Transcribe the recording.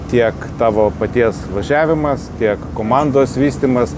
tiek tavo paties važiavimas tiek komandos vystymas